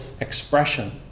expression